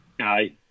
Aye